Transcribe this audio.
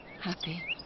happy